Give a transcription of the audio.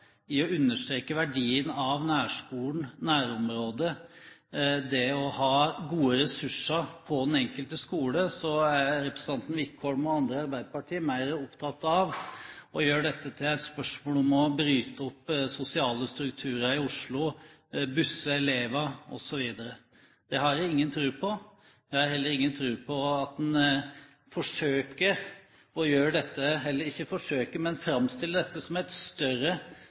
i å understreke verdien av nærskolen, nærområdet, det å ha gode ressurser på den enkelte skole, samtidig som representanten Wickholm og andre i Arbeiderpartiet var mer opptatt av å gjøre dette til et spørsmål om å bryte opp sosiale strukturer i Oslo, busse elever osv. Det har jeg ingen tro på. Jeg har heller ingen tro på at man framstiller dette som et større problem enn det egentlig er. For det som